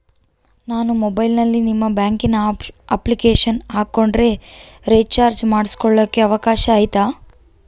ನಾನು ಮೊಬೈಲಿನಲ್ಲಿ ನಿಮ್ಮ ಬ್ಯಾಂಕಿನ ಅಪ್ಲಿಕೇಶನ್ ಹಾಕೊಂಡ್ರೆ ರೇಚಾರ್ಜ್ ಮಾಡ್ಕೊಳಿಕ್ಕೇ ಅವಕಾಶ ಐತಾ?